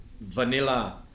Vanilla